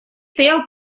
стоял